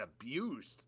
abused